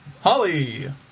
Holly